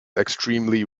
extremely